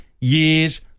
years